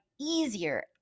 easier